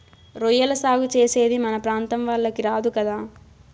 రొయ్యల సాగు చేసేది మన ప్రాంతం వాళ్లకి రాదు కదా